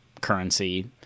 currency